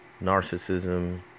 narcissism